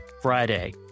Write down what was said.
friday